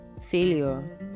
failure